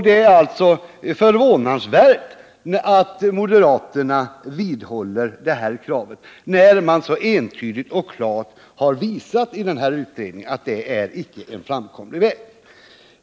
Det är förvånansvärt att moderaterna vidhåller det kravet, när utredningen så klart och entydigt har visat att detta inte är en framkomlig väg.